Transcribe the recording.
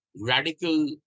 radical